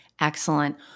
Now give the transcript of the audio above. Excellent